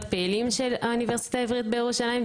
הפעילים של האוניברסיטה העברית בירושלים,